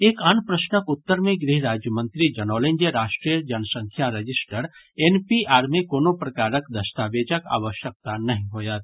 एक आन प्रश्नक उत्तर मे गृह राज्य मंत्री जनौलनि जे राष्ट्रीय जनसंख्या रजिस्टर एनपीआर मे कोनो प्रकारक दस्तावेजक आवश्यकता नहिं होयत